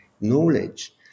knowledge